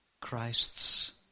Christ's